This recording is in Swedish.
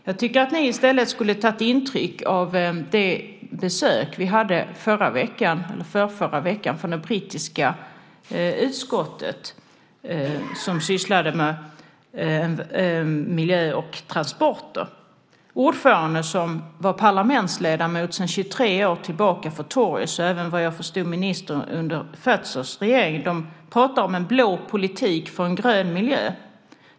Jag tycker att ni i stället skulle ha tagit intryck av det besök vi hade förra eller förrförra veckan från det brittiska utskott som sysslar med miljö och transporter. Ordföranden, som var parlamentsledamot för Tories sedan 23 år och även vad jag förstod minister under Thatchers regering, pratade om en blå politik för en grön miljö.